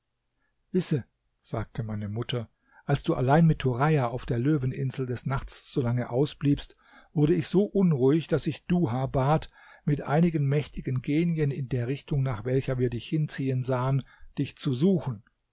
wisse sagte meine mutter als du allein mit turaja auf der löweninsel des nachts so lange ausbliebst wurde ich so unruhig daß ich duha bat mit einigen mächtigen genien in der richtung nach welcher wir dich hinziehen sahen dich zu suchen